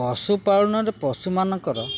ପଶୁପାଳନରେ ପଶୁମାନଙ୍କର